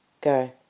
go